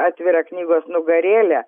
atvirą knygos nugarėlę